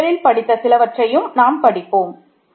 இதில் முதலில் படித்த முக்கியமானவற்றையும் நாம் படிப்போம்